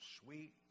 sweet